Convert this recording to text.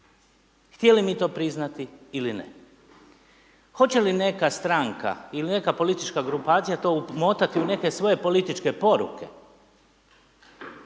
htjeli mi to priznati ili ne. Hoće li neka stranka ili neka politička grupacija to umotati u neke svoje političke poruke,